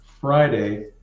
Friday